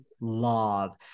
love